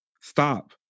stop